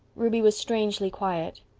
ruby was strangely quiet.